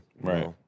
right